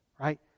Right